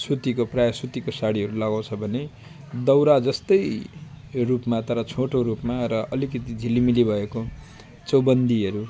सुतीको प्रायः सुतीको साडीहरू लगाउँछ भने दौरा जस्तै रूपमा तर छोटो रूपमा र अलिकति झिलिमिली भएको चौबन्दीहरू